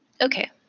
Okay